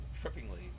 trippingly